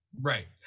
Right